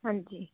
ਹਾਂਜੀ